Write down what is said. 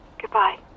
Goodbye